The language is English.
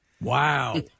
Wow